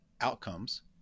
outcomes